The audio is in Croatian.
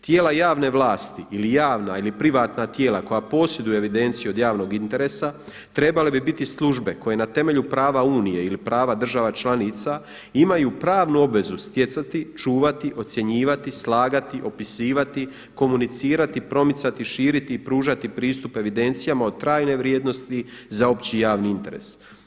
Tijela javne vlasti ili javna ili privatna tijela koja posjeduje evidenciju od javnog interesa trebale bi biti službe koje na temelju prava unije ili prava država članica imaju pravnu obvezu stjecati, čuvati, ocjenjivati, slagati, opisivati, komunicirati, promicati, širiti i pružati pristup evidencijama od trajne vrijednosti za opći javni interes.